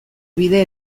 bide